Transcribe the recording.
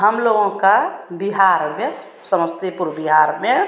हमलोगों का बिहार में समस्तीपुर बिहार में